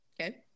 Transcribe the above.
Okay